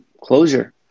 closure